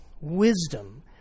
Wisdom